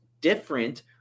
different